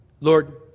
Lord